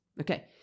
Okay